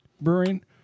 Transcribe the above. brewing